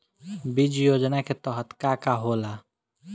बीज योजना के तहत का का होला?